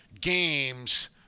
games